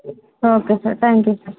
okay sir thank you sir